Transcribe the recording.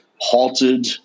halted